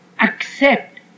accept